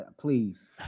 please